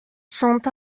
sont